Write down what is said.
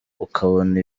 ukabona